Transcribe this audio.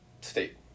State